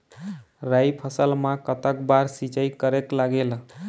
राई फसल मा कतक बार सिचाई करेक लागेल?